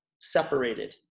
separated